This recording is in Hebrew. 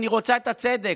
אני רוצה את הצדק.